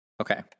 Okay